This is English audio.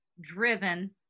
driven